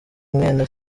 mwene